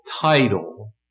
title